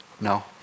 No